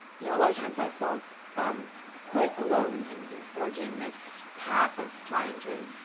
you know a lot of times i felt quite alone in forging this path of trying to